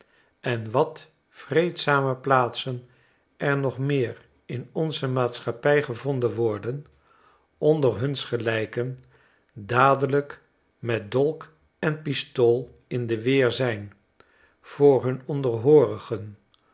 en wat vreedzame plaatsen er nog meer in onze maatschappij gevonden worden onder huns gelijken dadelijk met dolk en pistool in de weer zijn voor hun